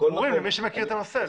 ברורים למי שמכיר את הנושא.